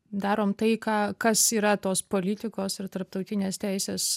darom tai ką kas yra tos politikos ir tarptautinės teisės